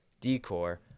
decor